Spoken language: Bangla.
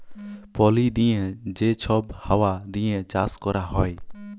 পলি দিঁয়ে যে ছব হাউয়া দিঁয়ে চাষ ক্যরা হ্যয়